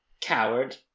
Coward